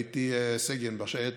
הייתי סגן בשייטת,